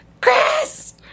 Chris